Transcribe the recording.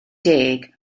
deg